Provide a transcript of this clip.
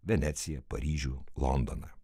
veneciją paryžių londoną